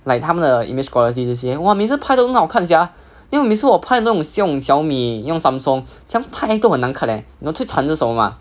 like 他们的 image quality 这些 !wah! 每次拍都很好看 sia then 我每次拍的那种用 Xiaomi 用 Samsung 怎样拍都很难看 eh 你懂最惨的是什么吗